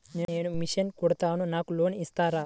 నేను మిషన్ కుడతాను నాకు లోన్ ఇస్తారా?